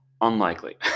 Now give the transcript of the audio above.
unlikely